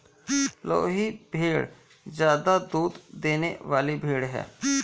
लोही भेड़ ज्यादा दूध देने वाली भेड़ है